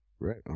right